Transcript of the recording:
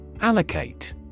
Allocate